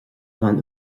bhean